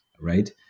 right